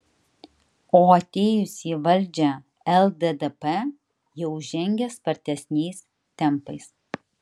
o atėjusi į valdžią lddp jau žengė spartesniais tempais